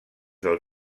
del